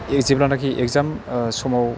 जेब्लानाखि एकजाम समाव